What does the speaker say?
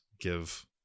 give